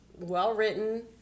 well-written